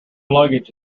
luggage